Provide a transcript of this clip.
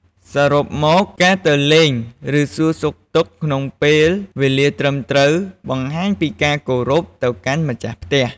សរុបមកវិញ ការទៅលេង ឬ សួរសុខទុក្ខក្នុងពេលវេលាត្រឹមត្រូវបង្ហាញពីការគោរពទៅកាន់ម្ចាស់ផ្ទះ។